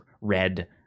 red